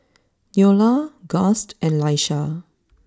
Neola Gust and Laisha